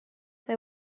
they